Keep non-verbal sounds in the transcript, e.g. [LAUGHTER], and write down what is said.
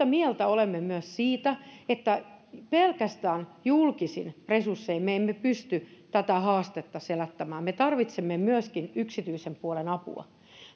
[UNINTELLIGIBLE] mieltä olemme myös siitä että pelkästään julkisin resurssein me emme pysty tätä haastetta selättämään me tarvitsemme myöskin yksityisen puolen apua